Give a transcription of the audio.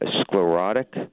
sclerotic